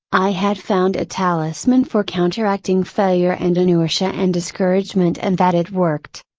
i had found a talisman for counteracting failure and inertia and discouragement and that it worked.